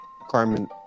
Carmen